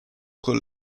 con